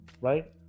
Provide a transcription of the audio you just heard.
right